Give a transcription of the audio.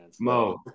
Mo